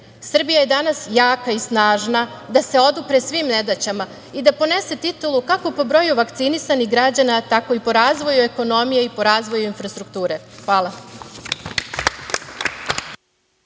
Srbija je danas jaka i snažna da se odupre svim nedaćama i da ponese titulu kako po broju vakcinisanih građana, tako i po razvoju ekonomije i po razvoju infrastrukture. Hvala.